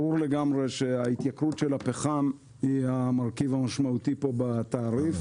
ברור לגמרי שההתייקרות של הפחם היא המרכיב המשמעותי בתעריף,